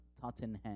Tottenham